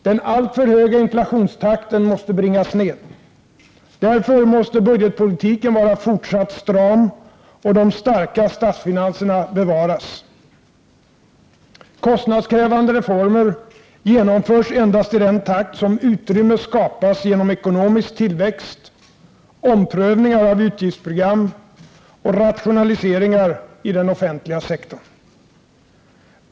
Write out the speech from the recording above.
Den alltför höga inflationstakten måste bringas ned. Därför måste budgetpolitiken vara fortsatt stram och de starka statsfinanserna bevaras. Kostnadskrävande reformer genomförs endast i den takt som utrymme skapas genom ekonomisk tillväxt, omprövningar av utgiftsprogram och rationaliseringar i den offentliga sektorn.